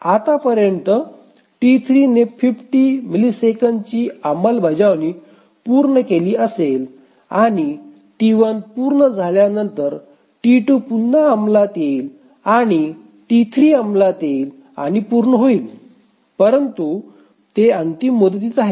आतापर्यंत T3 ने 50 मिलिसेकंदची अंमलबजावणी पूर्ण केली असेल आणि T1 पूर्ण झाल्यानंतर T2 पुन्हा अंमलात येईल आणि T3 अंमलात येईल आणि पूर्ण होईल परंतु ते अंतिम मुदतीत आहे